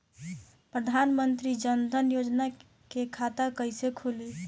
प्रधान मंत्री जनधन योजना के खाता कैसे खुली?